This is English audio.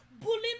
Bullying